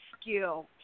skill